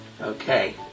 Okay